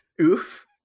Oof